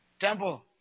temple